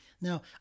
Now